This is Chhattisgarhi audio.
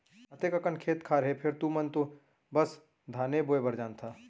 अतेक अकन खेत खार हे फेर तुमन तो बस धाने बोय भर जानथा